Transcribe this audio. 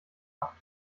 acht